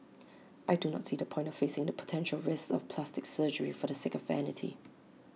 I do not see the point of facing the potential risks of plastic surgery for the sake of vanity